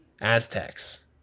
aztecs